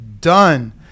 done